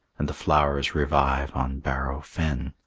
and the flowers revive on bareau fen,